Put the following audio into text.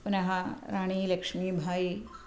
पुनः राणी लक्ष्मीभायि